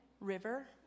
River